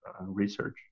research